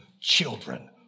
children